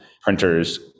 printers